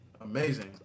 amazing